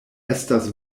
estas